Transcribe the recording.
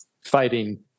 fighting